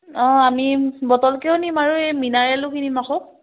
অঁ আমি বটলকেও নিম আৰু এই মিনাৰেলো কিনিম আকৌ